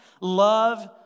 love